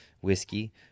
whiskey